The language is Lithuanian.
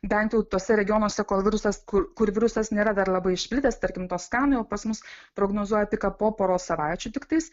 bent jau tuose regionuose kol virusas kur kur virusas nėra dar labai išplitęs tarkim toskanoj o pas mus prognozuoja piką po poros savaičių tiktais